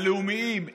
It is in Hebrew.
הלאומיים,